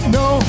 no